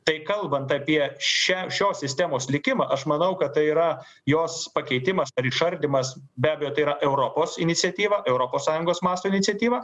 tai kalbant apie šią šios sistemos likimą aš manau kad tai yra jos pakeitimas ar išardymas be abejo tai yra europos iniciatyva europos sąjungos masto iniciatyva